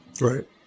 Right